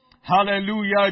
Hallelujah